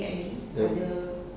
ya